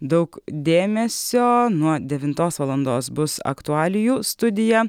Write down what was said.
daug dėmesio nuo devintos valandos bus aktualijų studija